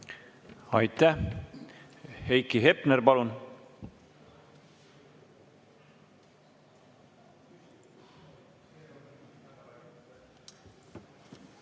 Aitäh! Heiki Hepner, palun!